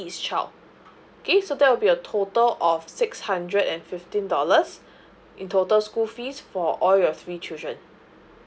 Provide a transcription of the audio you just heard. each child okay so that would be a total of six hundred and fifteen dollars in total school fees for all your three children